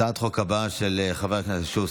אני קובע שהצעת חוק תאגידי מים וביוב